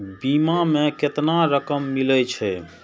बीमा में केतना रकम मिले छै?